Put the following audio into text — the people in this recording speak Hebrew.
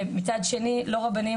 ומצד שני לא רבנים,